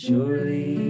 Surely